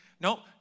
no